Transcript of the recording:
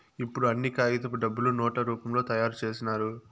ఇప్పుడు అన్ని కాగితపు డబ్బులు నోట్ల రూపంలో తయారు చేసినారు